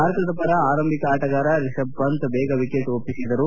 ಭಾರತದ ಪರ ಆರಂಭಿಕ ಆಟಗಾರ ರಿಷಬ್ ಪಂತ್ ಬೇಗ ವಿಕೆಟ್ ಒಪ್ಪಿಸಿದರು